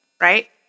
right